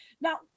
now